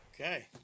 Okay